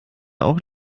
auch